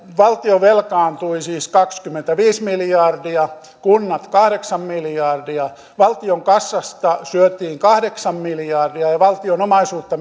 valtio velkaantui siis kaksikymmentäviisi miljardia kunnat kahdeksan miljardia valtion kassasta syötiin kahdeksan miljardia ja valtion omaisuutta